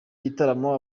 gitaramo